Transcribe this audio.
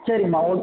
சரிமா ஓக்